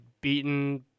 beaten